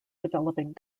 developing